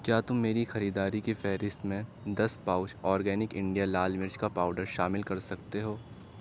کیا تم میری خریداری کی فہرست میں دس پاؤچ اورگینک انڈیا لال مرچ کا پاؤڈر شامل کر سکتے ہو